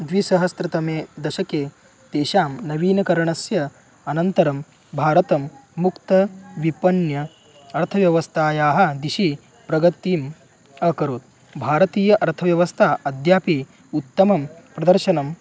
द्विसहस्रतमे दशके तेषां नवीनकरणस्य अनन्तरं भारतं मुक्त विपण्य अर्थव्यवस्थायाः दिशि प्रगतिम् अकरोत् भारतीय अर्थव्यवस्था अद्यापि उत्तमं प्रदर्शनम्